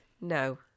No